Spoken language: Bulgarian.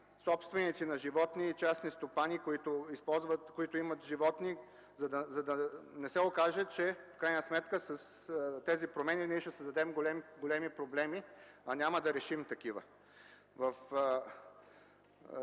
на животни, частни стопани, които имат животни, за да не се окаже, че в крайна сметка с тези промени ние ще създадем големи проблеми, а няма да решим такива. В